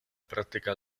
práctica